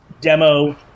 demo